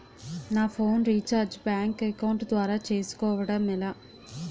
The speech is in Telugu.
నా ఫోన్ రీఛార్జ్ బ్యాంక్ అకౌంట్ ద్వారా చేసుకోవటం ఎలా?